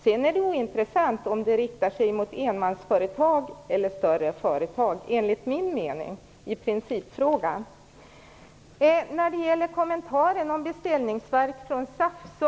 Sedan är det enligt min mening ointressant om principfrågan riktar sig mot enmansföretag eller större företag. Sedan var det en kommentar om beställningsverk från SAF.